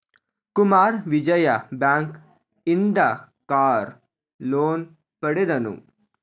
Kumara Vijaya bank ಇಂದ car loan ಪಡೆದನು